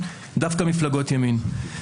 דווקא מפלגות ימין.